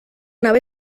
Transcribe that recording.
nave